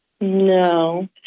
No